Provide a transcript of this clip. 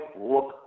look